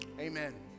Amen